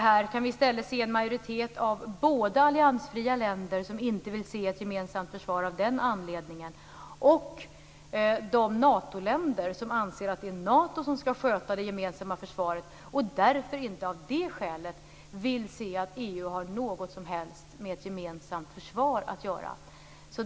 Här kan vi i stället se en majoritet både av alliansfria länder som av den anledningen inte vill ha ett gemensamt försvar och av de Natoländer som anser att det är Nato som skall sköta det gemensamma försvaret och som av det skälet inte vill se att EU har något som helst med ett gemensamt försvar att göra.